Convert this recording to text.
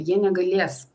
jie negalės